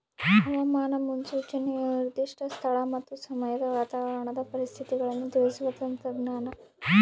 ಹವಾಮಾನ ಮುನ್ಸೂಚನೆಯು ನಿರ್ದಿಷ್ಟ ಸ್ಥಳ ಮತ್ತು ಸಮಯದ ವಾತಾವರಣದ ಪರಿಸ್ಥಿತಿಗಳನ್ನು ತಿಳಿಸುವ ತಂತ್ರಜ್ಞಾನ